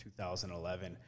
2011